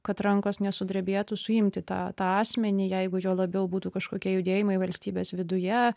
kad rankos nesudrebėtų suimti tą tą asmenį jeigu juo labiau būtų kažkokie judėjimai valstybės viduje